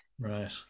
Right